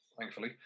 thankfully